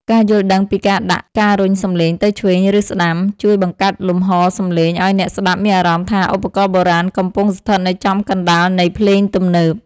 ការយល់ដឹងពីការដាក់ ការរុញសំឡេងទៅឆ្វេង ឬស្ដាំ ជួយបង្កើតលំហសំឡេងឱ្យអ្នកស្ដាប់មានអារម្មណ៍ថាឧបករណ៍បុរាណកំពុងស្ថិតនៅចំកណ្ដាលនៃភ្លេងទំនើប។